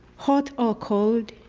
hot or cold,